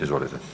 Izvolite.